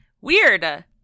weird